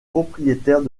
propriétaire